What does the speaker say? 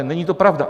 Není to pravda.